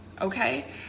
okay